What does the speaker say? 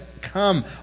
come